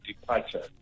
departure